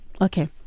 Okay